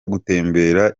gutemberera